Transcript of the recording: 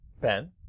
Ben